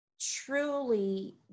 truly